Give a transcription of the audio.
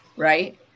Right